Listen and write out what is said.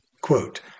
quote